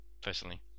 personally